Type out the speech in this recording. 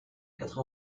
quatre